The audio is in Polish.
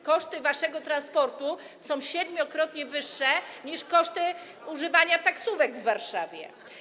Koszty waszego transportu są siedmiokrotnie wyższe niż koszty używania taksówek w Warszawie.